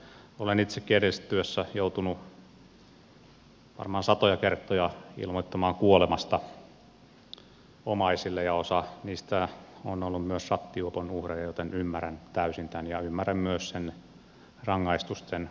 olen itsekin edellisessä työssä joutunut varmaan satoja kertoja ilmoittamaan kuolemasta omaisille ja osa niistä on ollut myös rattijuopon uhreja joten ymmärrän täysin tämän ja ymmärrän myös sen rangaistusten korottamisvaatimuksen